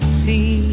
see